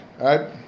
right